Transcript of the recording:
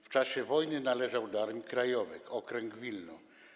W czasie wojny należał do Armii Krajowej - Okręg Wilno.